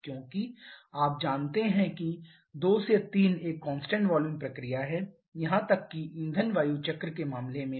क्योंकि आप जानते हैं कि 2 3 एक कांस्टेंट वॉल्यूम प्रक्रिया है यहां तक कि ईंधन वायु चक्र के मामले में भी